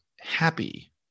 happy